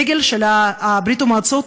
הדגל של ברית המועצות,